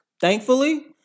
thankfully